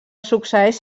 succeeix